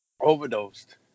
overdosed